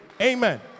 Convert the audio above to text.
Amen